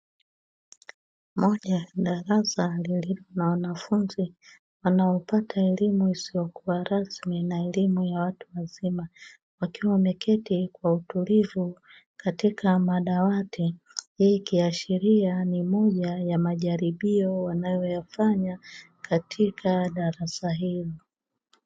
Moja ya darasa lililo na wanafunzi wanaopata elimu isiyokuwa rasmi na elimu ya watu wazima wakiwa wameketi kwa utulivu katika madawati, hii ikiashiria ni moja ya majaribio wanayoyafanya katika darasa hili.